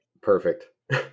Perfect